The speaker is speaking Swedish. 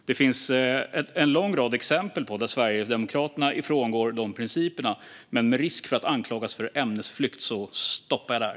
Det finns en lång rad exempel på att Sverigedemokraterna frångår de principerna, men med tanke på risken för att anklagas för ämnesflykt stannar jag där.